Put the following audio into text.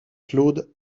claude